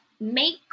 make